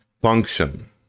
function